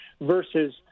versus